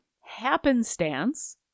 happenstance